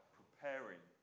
preparing